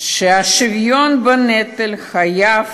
ואני מאמין שהשוויון בנטל חייב